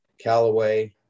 Callaway